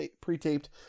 pre-taped